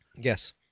Yes